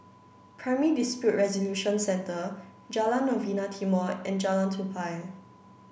Primary Dispute Resolution Centre Jalan Novena Timor and Jalan Tupai